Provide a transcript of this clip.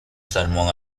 salmón